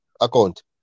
account